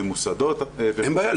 ממוסדות --- אין בעיה,